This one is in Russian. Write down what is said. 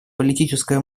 политическое